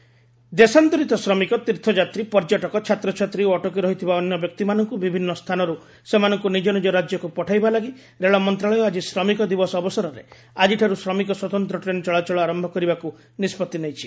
ଶ୍ରମିକ special train ଦେଶାନ୍ତରିତ ଶ୍ରମିକ ତୀର୍ଥଯାତ୍ରୀ ପର୍ଯ୍ୟଟକ ଛାତ୍ରଛାତ୍ରୀ ଓ ଅଟକି ରହିଥିବା ଅନ୍ୟ ବ୍ୟକ୍ତିମାନଙ୍କୁ ବିଭିନ୍ନ ସ୍ଥାନରୁ ସେମାନଙ୍କୁ ନିଜ ନିଜ ରାଜ୍ୟକୁ ପଠାଇବା ଲାଗି ରେଳ ମନ୍ତ୍ରଣାଳୟ ଆଜି ଶ୍ରମିକ ଦିବସ ଅବସରରେ ଆକ୍ଟିଠାରୁ 'ଶ୍ରମିକ ସ୍ୱତନ୍ତ୍ର ଟ୍ରେନ୍' ଚଳାଚଳ ଆରମ୍ଭ କରିବାକୁ ନିଷ୍କଭି ନେଇଛି